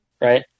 Right